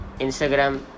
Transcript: Instagram